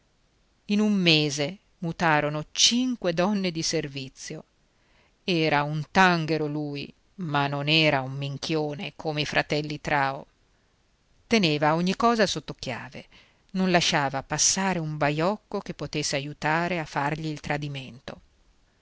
in un mese mutarono cinque donne di servizio era un tanghero lui ma non era un minchione come i fratelli trao teneva ogni cosa sotto chiave non lasciava passare un baiocco che potesse aiutare a fargli il tradimento